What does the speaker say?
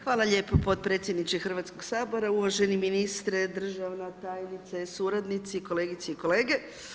Hvala lijepo potpredsjedniče Hrvatskoga sabora, uvaženi ministre, državna tajnice, suradnici, kolegice i kolege.